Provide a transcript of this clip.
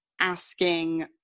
asking